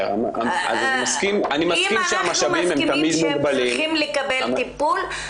אם אנחנו מסכימים שהם צריכים לקבל טיפול,